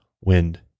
wind